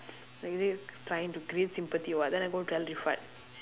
like is it trying to create sympathy or what then I go tell